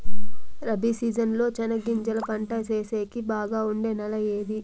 Rabi season లో చెనగగింజలు పంట సేసేకి బాగా ఉండే నెల ఏది?